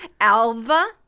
Alva